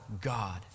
God